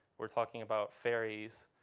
we're talking about ferries,